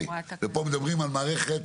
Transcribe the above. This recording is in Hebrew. ופה אנחנו מדברים על מערכת